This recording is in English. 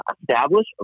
establish